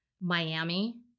Miami